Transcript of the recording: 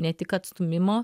ne tik atstūmimo